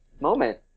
moment